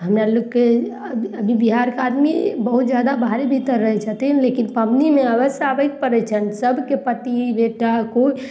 हमरा लोकके अभी बिहार आदमी बहुत जादा बाहरे भीतर रहय छथिन लेकिन पबनीमे आवश्य आबय पड़य छनि सभके पति बेटा कोइ